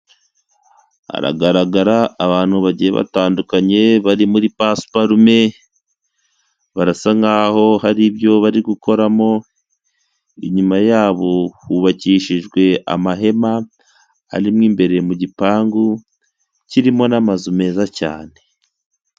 Haragaragara abantu bagiye batandukanye bari muri pasuparume, barasa nk'aho hari ibyo bari gukoramo, inyuma yabo hubakishijwe amahema arimo imbere mu gipangu kirimo n'amazu meza cyane.